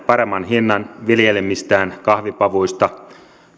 paremman hinnan viljelemistään kahvipavuista